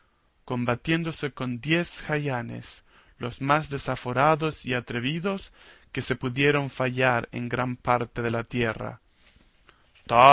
caballo combatiéndose con diez jayanes los más desaforados y atrevidos que se pudieran fallar en gran parte de la tierra